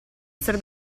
essere